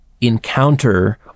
encounter